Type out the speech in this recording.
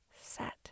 Set